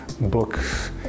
books